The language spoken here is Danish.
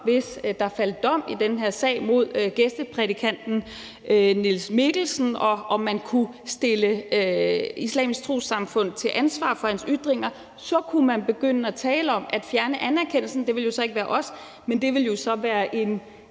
Hvis der faldt dom i den her sag mod gæsteprædikanten Niels Mikkelsen og man kunne stille Det Islamiske Trossamfund til ansvar for hans ytringer, kunne man begynde at tale om at fjerne anerkendelsen. Det ville jo så ikke være os, men en repræsentant